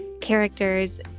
characters